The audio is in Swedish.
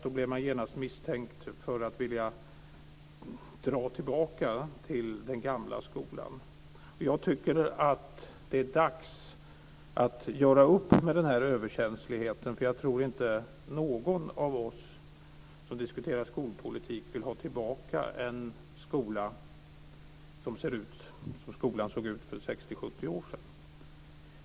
Då blev man genast misstänkt för att vilja dra tillbaka till den gamla skolan. Jag tycker att det är dags att göra upp med den överkänsligheten. Jag tror inte att någon av oss som diskuterar skolpolitik vill ha tillbaka en skola som ser ut som skolan såg ut för 60-70 år sedan.